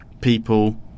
people